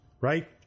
right